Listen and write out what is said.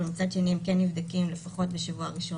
אבל יש גם הדבקות מישראלים שחוזרים מחו"ל.